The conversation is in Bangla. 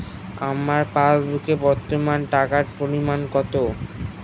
আমার পাসবুকে বর্তমান টাকার পরিমাণ কত?